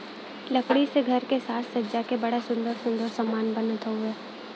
लकड़ी से घर के साज सज्जा के बड़ा सुंदर सुंदर समान बनत हउवे